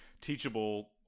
teachable